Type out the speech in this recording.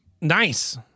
Nice